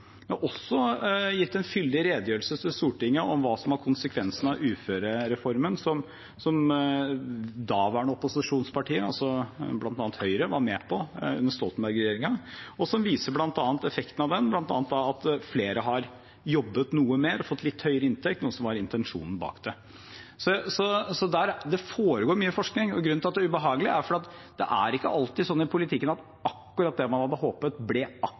også gitt en fyldig redegjørelse til Stortinget om hva som var konsekvensene av uførereformen – som daværende opposisjonsparti, bl.a. Høyre, var med på under Stoltenberg-regjeringen – og som viser effekten av den, bl.a. at flere har jobbet noe mer og fått litt høyere inntekt, noe som var intensjonen bak det. Det foregår mye forskning. Grunnen til at det er ubehagelig, er at det ikke alltid er sånn i politikken at akkurat det man hadde håpet, ble